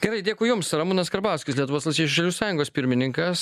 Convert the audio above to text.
gerai dėkui jums ramūnas karbauskis lietuvos valstiečių žaliųjų sąjungos pirmininkas